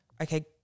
okay